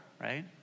right